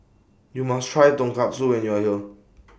YOU must Try Tonkatsu when YOU Are here